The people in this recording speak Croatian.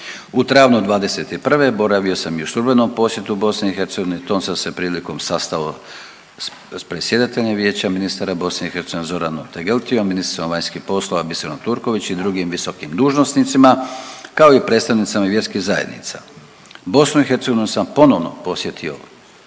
U travnju '21. boravio sam i u službenom posjetu BiH, tom sam se prilikom sastao s predsjedateljem Vijeća ministara BiH Zoranom Tegeltijom, ministrom vanjskih poslova Biserom Turković i drugim visokim dužnosnicima, kao i predstavnicama vjerskih zajednica. BiH sam ponovno posjetio